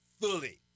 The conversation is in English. fully